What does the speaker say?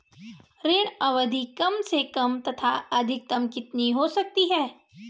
ऋण अवधि कम से कम तथा अधिकतम कितनी हो सकती है?